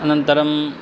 अनन्तरं